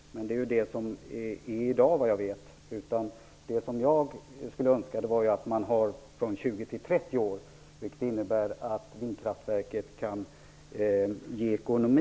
Men det är vad som gäller i dag, såvitt jag vet. Vad jag skulle önska är att det är 20-30 år, vilket innebär att vindkraftverket kan ge ekonomi.